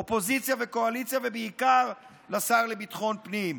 אופוזיציה וקואליציה, ובעיקר לשר לביטחון פנים: